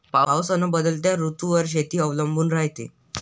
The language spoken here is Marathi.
पाऊस अन बदलत्या ऋतूवर शेती अवलंबून रायते